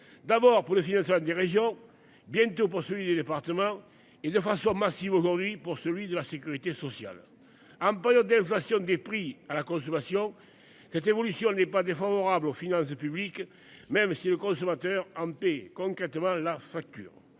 D'abord pour le ciné ça des rayons bientôt souligner départements et de façon massive aujourd'hui pour celui de la sécurité sociale en période d'inflation des prix à la consommation. Cette évolution n'est pas défavorable aux finances publiques. Même si le consommateur en paie concrètement la facture.